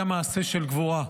היה מעשה של גבורה.